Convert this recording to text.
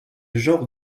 genre